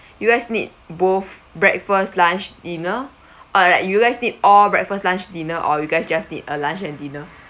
you guys need both breakfast lunch dinner or like you guys need all breakfast lunch dinner or you guys just need a lunch and dinner